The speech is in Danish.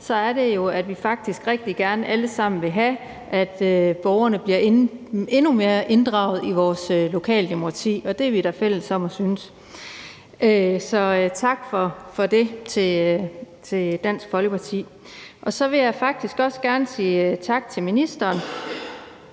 ud, er jo, at vi faktisk alle sammen rigtig gerne vil have, at borgerne bliver endnu mere inddraget i vores lokale demokrati. Det er vi da fælles om at synes, så tak for det til Dansk Folkeparti. Så vil jeg også gerne sige tak til ministeren,